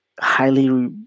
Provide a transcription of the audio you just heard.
highly